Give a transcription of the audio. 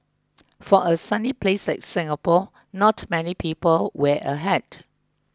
for a sunny place like Singapore not many people wear a hat